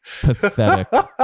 Pathetic